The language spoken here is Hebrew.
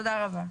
תודה רבה.